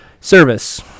service